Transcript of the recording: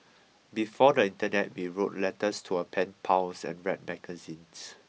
before the internet we wrote letters to our pen pals and read magazines